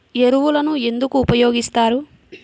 ఎరువులను ఎందుకు ఉపయోగిస్తారు?